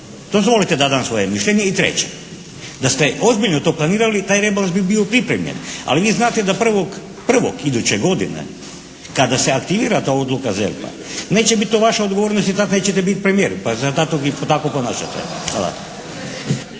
dozvolite da dam svoje mišljenje, i treće, da ste ozbiljno to planirali taj rebalans bi bio pripremljen. Ali vi znate da 1.1. iduće godine kada se aktivira ta odluka ZERP-a neće to biti vaša odgovornost jer tako i nećete biti premijer. Pa zato se tako i ponašate.